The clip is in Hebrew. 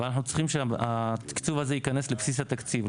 אבל אנחנו צריכים שהתקצוב הזה ייכנס לבסיס התקציב.